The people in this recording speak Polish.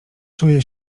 czuję